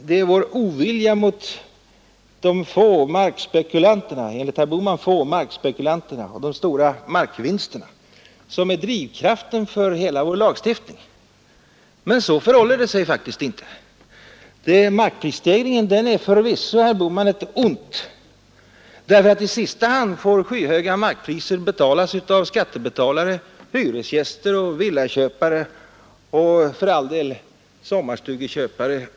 Det är vår ovilja mot de — enligt herr Bohman — fåtaliga markspekulanterna och de stora vinsterna på markaffärer som är drivkraften för hela vår lagstiftning. Men så förhåller det sig faktiskt inte. Markprisstegringen är förvisso, herr Bohman, ett ont, därför att skyhöga markpriser i sista hand måste betalas av skattebetalare, hyresgäster, villaköpare och för all del sommarstugeköpare.